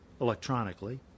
electronically